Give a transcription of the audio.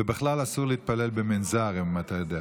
ובכלל, אסור להתפלל במנזר, אם אתה יודע.